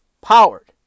powered